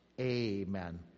Amen